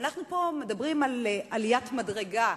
אנחנו פה מדברים על עליית מדרגה,